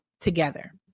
together